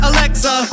Alexa